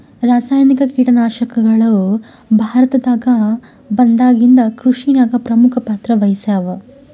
ರಾಸಾಯನಿಕ ಕೀಟನಾಶಕಗಳು ಭಾರತದಾಗ ಬಂದಾಗಿಂದ ಕೃಷಿನಾಗ ಪ್ರಮುಖ ಪಾತ್ರ ವಹಿಸ್ಯಾವ